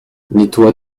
nettoie